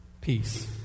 Peace